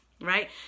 Right